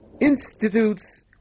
institutes